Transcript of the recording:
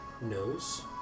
knows